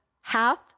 half